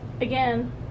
again